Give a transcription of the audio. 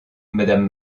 madame